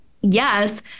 yes